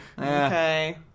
Okay